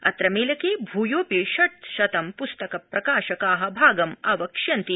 अत्र मेलके भूयोऽपि षट्शतं पुस्तक प्रकाशका भागमावक्ष्यन्ति